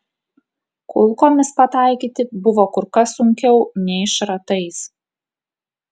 kulkomis pataikyti buvo kur kas sunkiau nei šratais